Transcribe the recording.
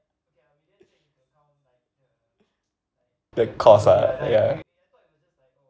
that cost ah ya